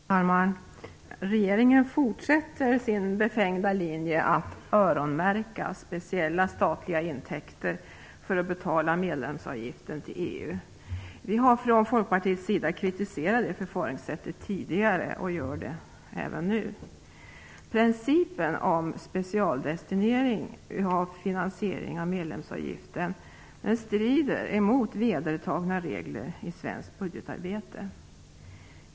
Fru talman! Regeringen fortsätter sin befängda linje att öronmärka speciella statliga intäkter för att betala medlemsavgiften till EU. Från Folkpartiets sida har vi kritiserat det förfaringssättet tidigare och gör det även nu. Principen om specialdestinering av finansiering av medlemsavgiften strider mot vedertagna regler i svenskt budgetarbete.